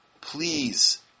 Please